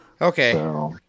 Okay